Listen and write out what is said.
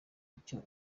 icyo